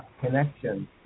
connection